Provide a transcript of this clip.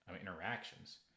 interactions